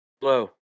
Hello